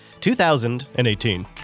2018